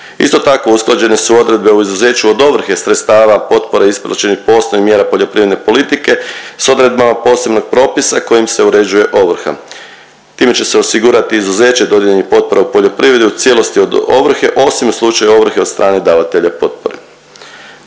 Isto tako, usklađene su odredbe o izuzeću od ovrhe sredstava potpore isplaćenih po osnovi mjera poljoprivredne politike sa odredbama posebnog propisa kojim se uređuje ovrha. Time će se osigurati izuzeće dodijeljenih potpora u poljoprivredi u cijelosti od ovrhe, osim u slučaju ovrhe od strane davatelja potpore.